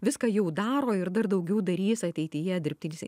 viską jau daro ir dar daugiau darys ateityje dirbtinis